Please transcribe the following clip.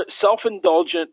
self-indulgent